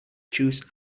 juice